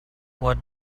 what